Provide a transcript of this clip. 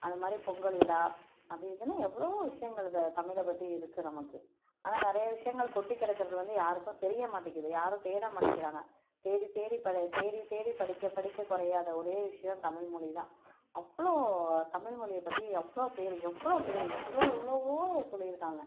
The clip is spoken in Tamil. அந்தமாதிரி பொங்கல் விழா அது இதுன்னு எவ்வளோவோ விஷயங்கள் த தமிழை பற்றி இருக்குது நமக்கு ஆனால் நிறைய விஷயங்கள் கொட்டி கிடக்குறது வந்து யாருக்கும் தெரிய மாட்டேங்கிது யாரும் தேட மாட்டேங்கிறாங்க தேடி தேடி ப தேடி தேடி படிக்க படிக்க குறையாத ஒரே விஷியம் தமிழ் மொழிதான் அவ்வளோ தமிழ் மொழிய பற்றி எவ்வளோ பேர் எவ்வளோ பேர் எவ்வளோ எவ்வளோவோ சொல்லியிருக்காங்க